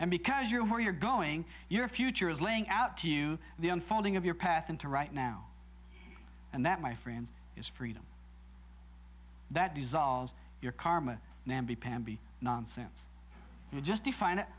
and because you're where you're going your future is laying out to you the unfolding of your path into right now and that my friends is freedom that dissolves your karma namby pamby nonsense you just define it